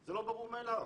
זה לא ברור מאליו.